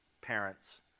parents